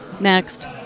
next